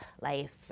life